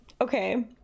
okay